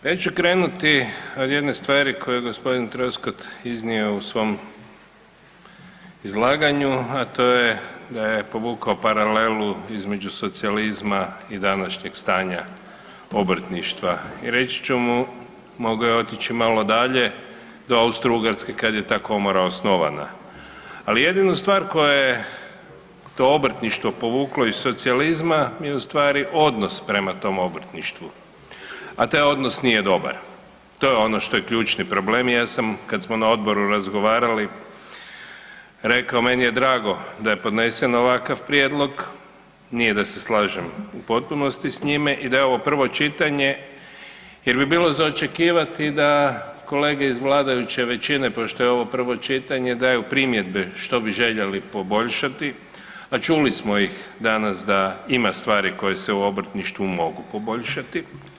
Ja ću krenuti od jedne stvari koju je g. Troskot iznio u svom izlaganju, a to je povukao paralelu između socijalizma i današnjeg stanja obrtništva i reći ću mu, mogu ja otići malo dalje, do Austro-Ugarske kad je ta Komora osnovana, ali jedinu stvar koja je to obrtništvo povuklo iz socijalizma je ustvari odnos prema tom obrtništvu, a taj odnos nije dobar, to je ono što je ključni problem i ja sam, kad smo na odboru razgovarali, rekao, meni je drago da je podnesen ovakav prijedlog, nije da se slažem u potpunosti s njime i da ne ovo prvo čitanje jer bi bilo za očekivati da kolege iz vladajuće većine, pošto je ovo prvo čitanje, daju primjedbe što bi željeli poboljšati, a čuli smo ih danas da ima stvari koje se u obrtništvu mogu poboljšati.